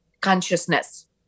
consciousness